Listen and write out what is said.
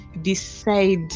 decide